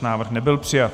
Návrh nebyl přijat.